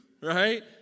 right